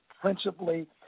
principally